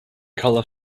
color